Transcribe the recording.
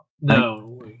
no